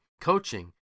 coaching